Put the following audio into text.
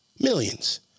Millions